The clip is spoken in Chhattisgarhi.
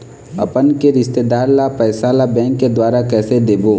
अपन के रिश्तेदार ला पैसा ला बैंक के द्वारा कैसे देबो?